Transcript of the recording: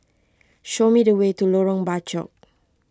show me the way to Lorong Bachok